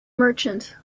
merchant